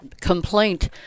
complaint